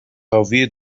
حاوی